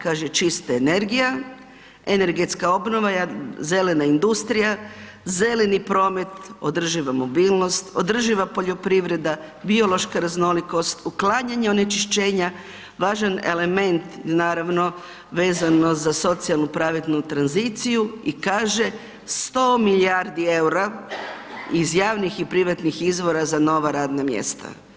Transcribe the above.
Kaže čista energija, energetska obnova, zelena industrija, zeleni promet, održiva mobilnost, održiva poljoprivreda, biološka raznolikost, uklanjanje onečišćenja važan element naravno vezano za socijalnu pravednu tranziciju i kaže 100 milijardi eura iz javnih i privatnih izvora za nova radna mjesta.